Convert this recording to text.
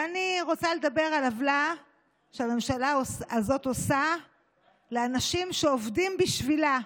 ואני רוצה לדבר על עוולה שהממשלה הזאת עושה לאנשים שעובדים בשבילה,